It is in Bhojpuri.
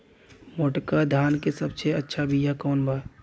मोटका धान के सबसे अच्छा बिया कवन बा?